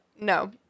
no